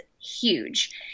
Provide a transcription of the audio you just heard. huge